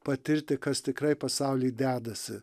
patirti kas tikrai pasauly dedasi